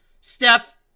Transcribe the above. Steph